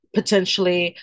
potentially